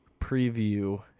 preview